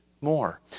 more